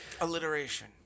Alliteration